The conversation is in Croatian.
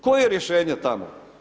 Koje je rješenje tamo?